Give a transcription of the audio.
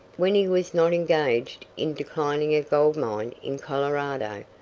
when he was not engaged in declining a gold mine in colorado,